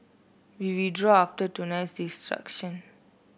we withdrew after tonight's